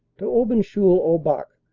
to auben cheul-au-bac,